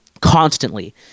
Constantly